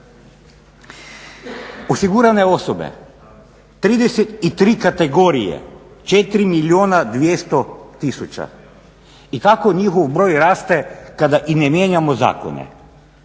Osigurane osobe, 33 kategorije, 4 milijuna 200 tisuća i kako njihov broj raste kada i ne mijenjamo zakone.